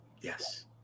yes